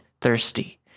thirsty